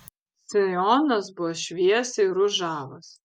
sijonas buvo šviesiai ružavas